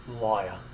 Liar